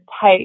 tight